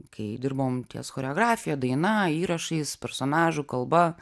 kai dirbom ties choreografija daina įrašais personažų kalba